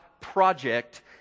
project